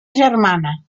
germana